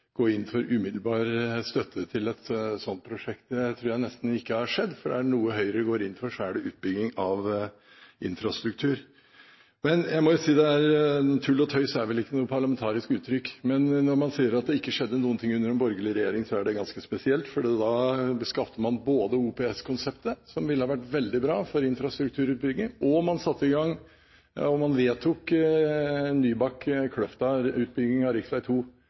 gå inn for umiddelbar støtte til et slikt prosjekt. Det tror jeg nesten ikke har skjedd – er det noe Høyre går inn for, er det utbygging av infrastruktur. Jeg må si – tull og tøys er vel ikke et parlamentarisk uttrykk – at når man sier det ikke skjedde noen ting under den borgerlige regjeringen, er det ganske spesielt. Da skapte man både OPS-konseptet, som ville ha vært veldig bra for infrastrukturutbygging, og man vedtok Nybakk–Kløfta-utbyggingen av rv. 2. Den er helt sentralt for store deler av